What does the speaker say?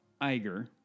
Iger